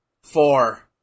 Four